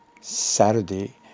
Saturday